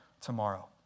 tomorrow